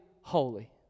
holy